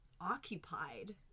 occupied